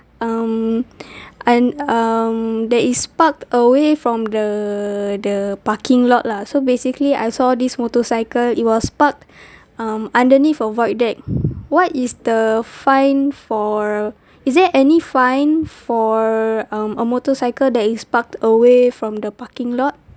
um and um that is parked away from the the parking lot lah so basically I saw this motorcycle it was parked um underneath a void deck what is the fine for is there any fine for um a motorcycle that is parked away from the parking lot